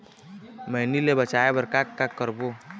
मैनी ले बचाए बर का का करबो?